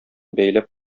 бәйләп